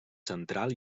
central